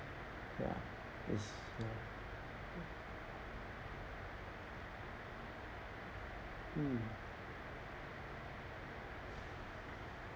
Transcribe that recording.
ya it's ya mm